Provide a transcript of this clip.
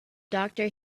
doctor